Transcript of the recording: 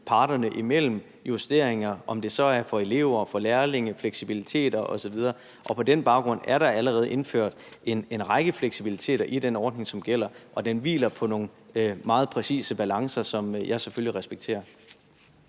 justeringer, fleksibilitet, om det så er for elever og for lærlinge osv., og på den baggrund er der allerede indført en række muligheder for fleksibilitet i den ordning, som gælder, og den hviler på nogle meget præcise balancer, som jeg selvfølgelig respekterer.